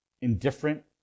indifferent